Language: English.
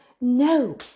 No